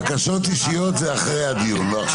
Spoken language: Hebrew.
בקשות אישיות זה אחרי הדיון, לא עכשיו...